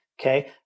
okay